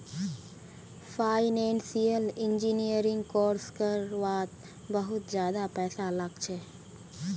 financial engineering course कर वात बहुत ज्यादा पैसा लाग छे